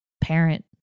parent